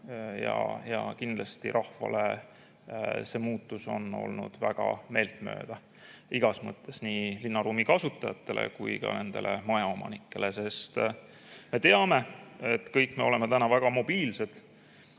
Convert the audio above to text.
ja kindlasti rahvale on see muutus olnud väga meeltmööda igas mõttes – nii linnaruumi kasutajatele kui ka majaomanikele. Me teame, et kõik me oleme tänapäeval väga mobiilsed.